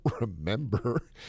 remember